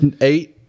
eight